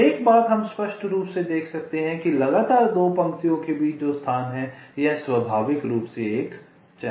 अब एक बात हम स्पष्ट रूप से देख सकते हैं कि लगातार 2 पंक्तियों के बीच जो स्थान है यह स्वाभाविक रूप से एक चैनल है